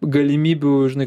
galimybių žinai